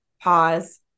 Pause